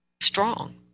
strong